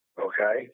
Okay